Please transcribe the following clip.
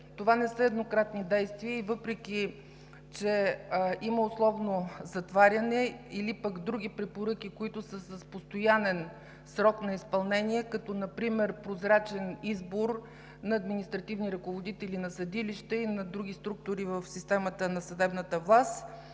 това не са еднократни действия, и въпреки че има условно затваряне или пък други препоръки, които са с постоянен срок на изпълнение, като например „Прозрачен избор на административни ръководители на съдилища и на други структури в системата на съдебната власт“,